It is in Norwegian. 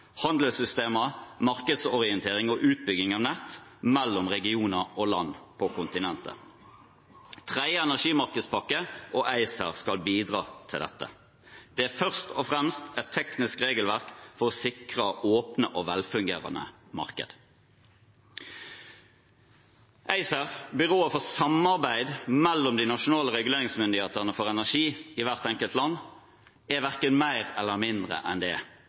handelssystemer, markedsorientering og utbygging av nett mellom regioner og land på kontinentet. Tredje energimarkedspakke og ACER skal bidra til dette. Det er først og fremst et teknisk regelverk for å sikre åpne og velfungerende markeder. ACER, byrået for samarbeid mellom de nasjonale reguleringsmyndighetene for energi i hvert enkelt land, er verken mer eller mindre enn det